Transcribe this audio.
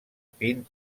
pin